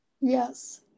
Yes